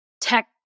tech